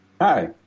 Hi